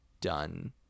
done